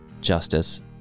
justice